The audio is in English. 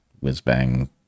whiz-bang